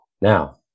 Now